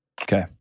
Okay